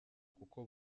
kuko